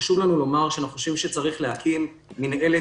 חשוב לנו לומר שאנחנו חושבים שצריך להקים מינהלת